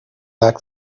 back